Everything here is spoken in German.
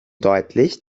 deutlich